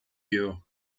you